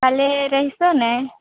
કાલે રહેશો ને